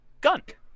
Gunk